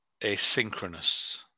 Asynchronous